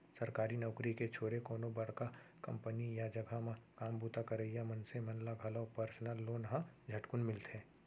सरकारी नउकरी के छोरे कोनो बड़का कंपनी या जघा म काम बूता करइया मनसे मन ल घलौ परसनल लोन ह झटकुन मिलथे